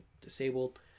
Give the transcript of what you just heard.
disabled